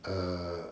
err